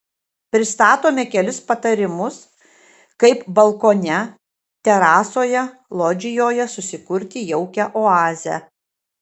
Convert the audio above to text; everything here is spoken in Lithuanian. pristatome kelis patarimus kaip balkone terasoje lodžijoje susikurti jaukią oazę